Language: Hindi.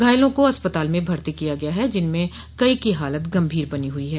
घायलों को अस्पताल में भर्ती किया गया है जिनमें कई की हालत गंभीर बनी हुई है